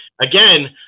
again